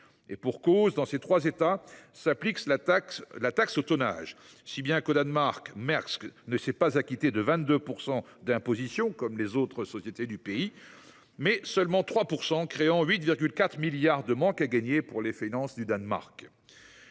pour cause, dans ces trois États s’applique la taxe au tonnage, si bien que Maersk, au Danemark, ne s’est pas acquitté de 22 % d’imposition, comme les autres sociétés du pays, mais de seulement 3 %, créant ainsi 8,4 milliards d’euros de manque à gagner pour les finances danoises.